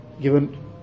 given